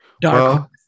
dark